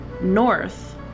north